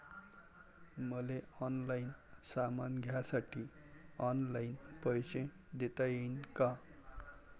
मले ऑनलाईन सामान घ्यासाठी ऑनलाईन पैसे देता येईन का?